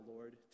Lord